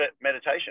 meditation